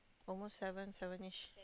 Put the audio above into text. almost seven seven ish